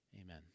Amen